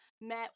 met